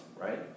right